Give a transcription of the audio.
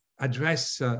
address